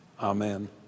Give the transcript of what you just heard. Amen